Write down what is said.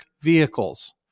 vehicles